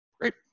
Great